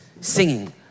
singing